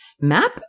map